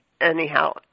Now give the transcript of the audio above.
anyhow